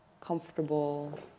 comfortable